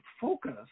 focus